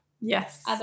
Yes